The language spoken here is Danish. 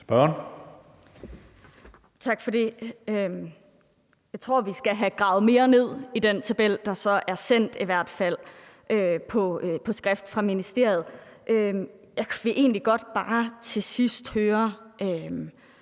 Tak for det. Jeg tror i hvert fald, vi skal have gravet mere ned i den tabel, der så er sendt på skrift fra ministeriet. Jeg vil egentlig godt bare til sidst høre,